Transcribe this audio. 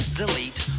delete